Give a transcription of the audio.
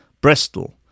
Bristol